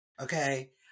Okay